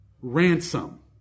Ransom